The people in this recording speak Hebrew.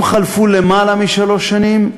אם חלפו למעלה משלוש שנים,